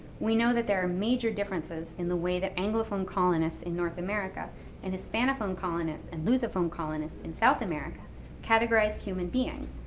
we know that there are major differences in the way that anglophone colonists in north america and hispanophone colonists and lusophone colonists in south america categorize human beings,